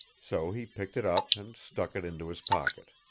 so he picked it up and stuck it into his pocket.